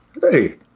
hey